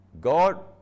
God